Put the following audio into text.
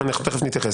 אנחנו תכף נתייחס.